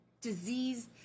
disease